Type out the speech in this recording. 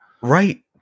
Right